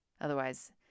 Otherwise